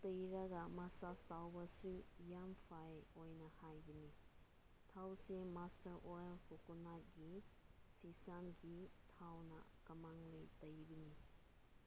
ꯇꯩꯔꯒ ꯃꯥꯁꯥꯁ ꯇꯧꯕꯁꯨ ꯌꯥꯝ ꯐꯩ ꯑꯣꯏꯅ ꯍꯥꯏꯒꯅꯤ ꯊꯥꯎꯁꯦ ꯃꯥꯁꯇꯥꯔ ꯑꯣꯏꯜ ꯀꯣꯀꯣꯅꯠꯀꯤ ꯊꯥꯎꯅ ꯀꯃꯟꯂꯤ ꯇꯩꯒꯅꯤ